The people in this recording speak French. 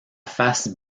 face